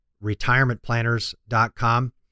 Retirementplanners.com